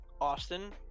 Austin